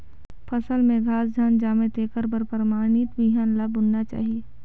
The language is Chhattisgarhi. फसल में घास झन जामे तेखर बर परमानित बिहन ल बुनना चाही